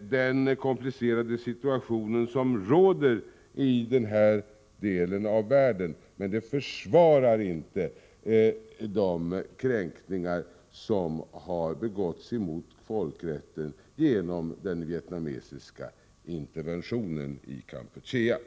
den komplicerade situation som råder i den här delen av världen, men det försvarar inte de kränkningar som har skett mot folkrätten genom den vietnamesiska interventionen i Kampuchea.